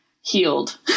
healed